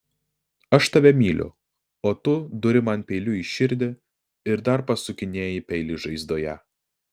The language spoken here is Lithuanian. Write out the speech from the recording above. aš tave myliu o tu duri man peiliu į širdį ir dar pasukinėji peilį žaizdoje